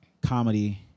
comedy